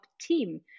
team